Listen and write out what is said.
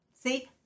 See